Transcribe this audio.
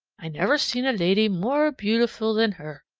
i never seen a lady more beautiful than her.